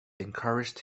encouraged